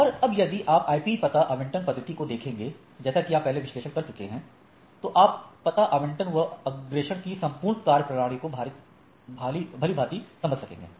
और अब यदि आप IP पता आवंटन पद्धति को देखेंगे जैसा कि आप पहले विश्लेषण कर चुके हैं तो आप पता आवंटन एवं अग्रेषण की संपूर्ण कार्यप्रणाली को भली भांति समझ सकेंगे